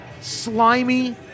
slimy